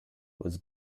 was